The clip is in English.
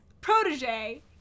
protege